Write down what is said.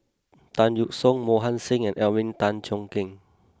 Tan Yeok Seong Mohan Singh and Alvin Tan Cheong Kheng